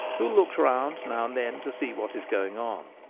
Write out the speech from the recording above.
who looks round now and then to see what is going on.